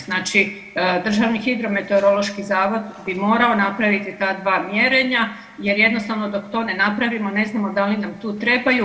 Znači Državni hidrometeorološki zavod bi morao napraviti ta dva mjerenja jer jednostavno dok to ne napravimo ne znamo da li nam tu trebaju.